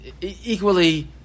equally